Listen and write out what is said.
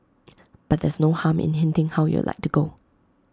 but there's no harm in hinting how you'd like to go